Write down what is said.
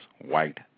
white